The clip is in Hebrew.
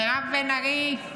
מירב בן ארי.